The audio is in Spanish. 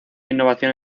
innovación